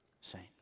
saint